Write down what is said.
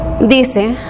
dice